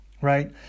right